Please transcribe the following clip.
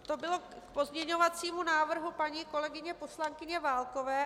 To bylo k pozměňovacímu návrhu paní kolegyně poslankyně Válkové.